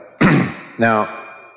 Now